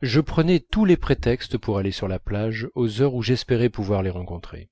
je prenais tous les prétextes pour aller sur la plage aux heures où j'espérais pouvoir les rencontrer